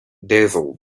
dazzled